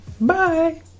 Bye